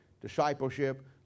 discipleship